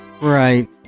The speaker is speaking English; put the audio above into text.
Right